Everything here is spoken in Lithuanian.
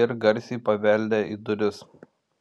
ir garsiai pabeldė į duris